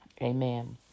amen